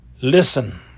Listen